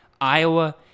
Iowa